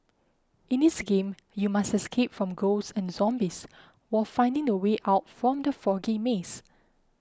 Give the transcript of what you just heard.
in this game you must escape from ghosts and zombies while finding the way out from the foggy maze